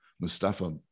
Mustafa